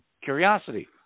Curiosity